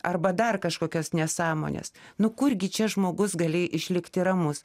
arba dar kažkokias nesąmones nu kurgi čia žmogus gali išlikti ramus